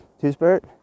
two-spirit